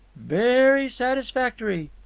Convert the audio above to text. very satisfactory.